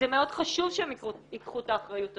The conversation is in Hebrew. זה מאוד חשוב שהם ייקחו את האחריות הזאת.